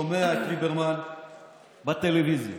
אני רוצה לומר כזה דבר: אני שומע את ליברמן בטלוויזיה